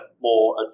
more